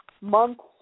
months